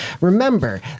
remember